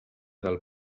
del